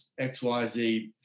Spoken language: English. xyz